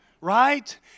right